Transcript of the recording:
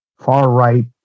far-right